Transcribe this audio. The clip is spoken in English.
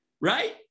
right